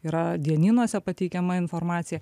yra dienynuose pateikiama informacija